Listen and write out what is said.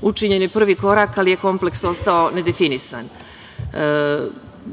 Učinjen je prvi korak, ali je kompleks ostao nedefinisan.